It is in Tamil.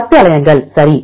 10 அலனைன்கள் சரி